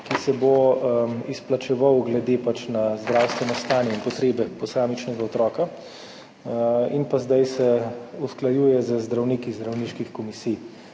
ki se bo izplačeval glede na zdravstveno stanje in potrebe posamičnega otroka in pa zdaj se z zdravniki zdravniških komisij